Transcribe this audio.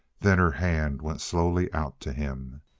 then her hand went slowly out to him,